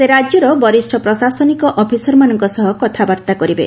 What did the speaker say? ସେ ରାଜ୍ୟର ବରିଷ୍ଣ ପ୍ରଶାସନିକ ଅଫିସରମାନଙ୍କ ସହ କଥାବାର୍ତ୍ତା କରିବେ